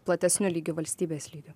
platesniu lygiu valstybės lygiu